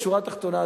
בשורה התחתונה,